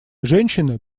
женщины